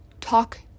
Talk